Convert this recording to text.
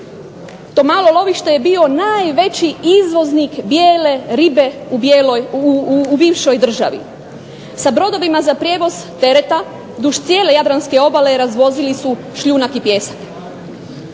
to malo lovište je bio najveći izvoznik bijele ribe u bivšoj državi, sa brodovima za prijevoz tereta duž cijele jadranske obale razvozili su šljunak i pijesak.